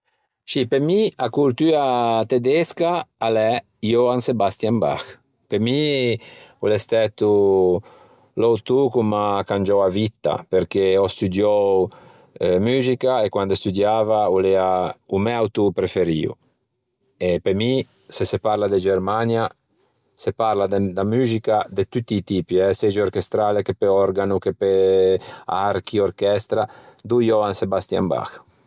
Scì pe mi a coltua tedesca a l'é Johann Sebastian Bach. Pe mi o l'é stæto l'autô ch'o m'à cangiou a vitta perché ò studiou muxica e quande studiava o l'ea o mæ autô preferio. E pe mi se se parla de Germania se parla da muxica de tutti i tipi segge orchestrale che pe òrgano che pe archi ò orchestra do Johann Sebastian Bach.